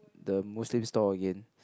the Muslim store again